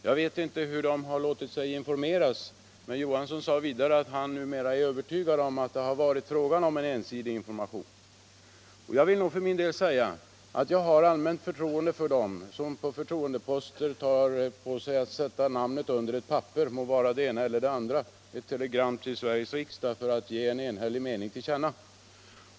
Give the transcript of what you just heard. Jag vet inte hur de har låtit sig informeras, men herr Johansson sade vidare att han numera är övertygad om att det har varit fråga om ensidig information. Jag vill för min del säga att jag har allmänt förtroende för dem som på förtroendeposter tar på sig ansvaret att sätta sitt namn under ett papper, det må vara av det ena eller andra slaget,t.ex. ett telegram till Sveriges riksdag, för att ge en enhällig mening till känna.